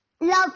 love